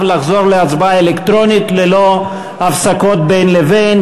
לחזור להצבעה אלקטרונית ללא הפסקות בין לבין,